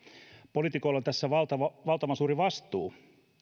poliitikoilla on tässä valtavan valtavan suuri vastuu